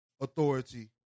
authority